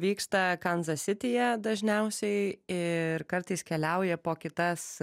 vyksta kanzas sityje dažniausiai ir kartais keliauja po kitas